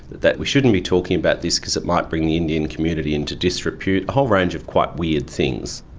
that we shouldn't be talking about this because it might bring the indian community into disrepute, a whole range of quite weird things.